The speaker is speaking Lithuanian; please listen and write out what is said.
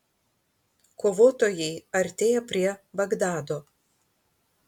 kovotojai artėja prie bagdado